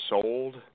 sold